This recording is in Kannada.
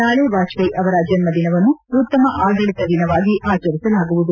ನಾಳೆ ವಾಜಪೇಯಿ ಅವರ ಜನ್ನ ದಿನವನ್ನು ಉತ್ತಮ ಆಡಳಿತ ದಿನವಾಗಿ ಆಚರಿಸಲಾಗುವುದು